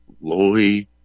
Loy